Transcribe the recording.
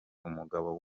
umugabo